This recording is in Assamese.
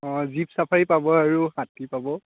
অ' জীপ ছাফাৰী পাব আৰু হাতী পাব